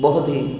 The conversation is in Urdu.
بہت ہی